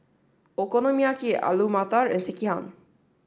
Okonomiyaki Alu Matar and Sekihan